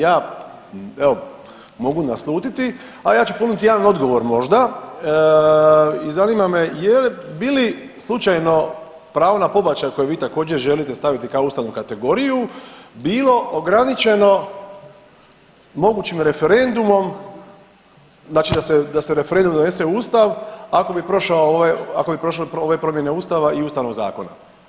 Ja evo, mogu naslutiti, a ja ću ponuditi jedan odgovor, možda i zanima me je li, bi li slučajno pravo na pobačaj, a koji vi također, želite staviti kao ustavnu kategoriju bilo ograničeno mogućim referendumom, znači a se referendum donese u Ustav, ako bi prošao ove promjene Ustava i ustavnog zakona?